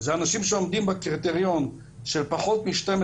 אלה אנשים שעומדים בקריטריון של פחות מ-12